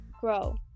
grow